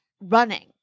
running